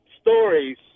stories